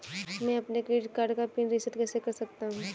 मैं अपने credit card का पिन रिसेट कैसे कर सकता हूँ?